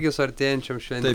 jus su artėjančiom šventėm